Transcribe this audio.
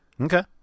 Okay